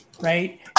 right